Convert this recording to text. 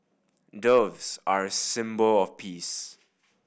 doves are a symbol of peace